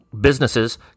businesses